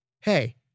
Hey